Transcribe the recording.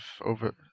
over